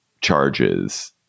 charges